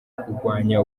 kugwanya